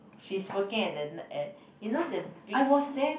she's working at the at you know the big